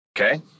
Okay